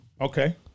Okay